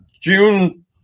June